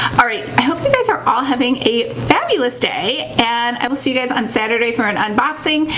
alright, i hope you guys are all having a fabulous day, and i will see you guys on saturday for an unboxing.